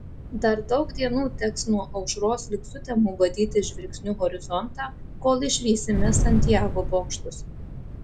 dar daug dienų teks nuo aušros lig sutemų badyti žvilgsniu horizontą kol išvysime santjago bokštus